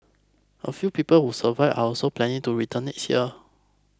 a few pupil who survived are also planning to return next year